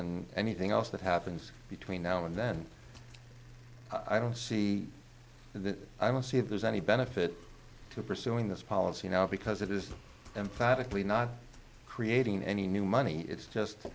and anything else that happens between now and then i don't see that i will see if there's any benefit to pursuing this policy now because it is emphatically not creating any new money it's just